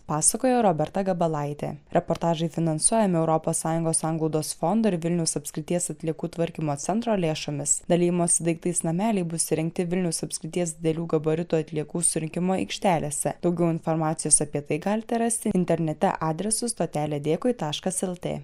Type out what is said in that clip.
pasakojo roberta gabalaitė reportažai finansuojami europos sąjungos sanglaudos fondo ir vilniaus apskrities atliekų tvarkymo centro lėšomis dalijimosi daiktais nameliai bus įrengti vilniaus apskrities didelių gabaritų atliekų surinkimo aikštelėse daugiau informacijos apie tai galite rasti internete adresu stotelė dėkui taškas lt